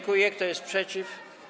Kto jest przeciw?